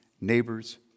neighbors